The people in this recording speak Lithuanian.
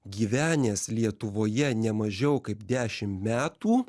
gyvenęs lietuvoje ne mažiau kaip dešim metų